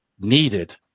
needed